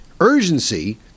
urgency